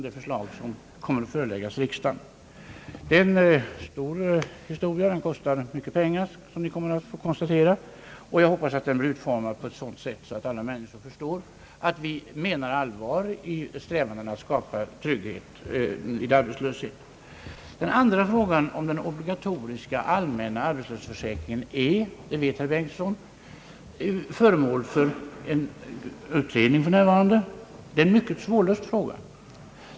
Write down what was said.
Det kommer att kosta mycket pengar, vilket ni kommer att få konstatera, och vårt förslag kommer att utformas på ett sådant sätt, att alla människor förstår att vi menar allvar i våra strävanden att skapa trygghet vid arbetslöshet. Den andra frågan om den obligatoriska allmänna arbetslöshetsförsäkringen är — det vet herr Bengtson — för närvarande föremål för en utredning. Det är en mycket svårlöst fråga.